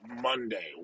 Monday